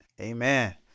amen